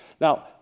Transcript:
Now